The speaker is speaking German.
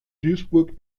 duisburg